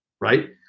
right